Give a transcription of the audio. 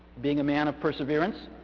being a man of perseverance,